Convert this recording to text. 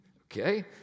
Okay